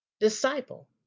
disciple